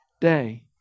day